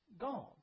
gone